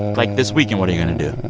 like, this weekend, what are you going to do?